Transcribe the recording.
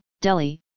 Delhi